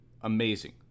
amazing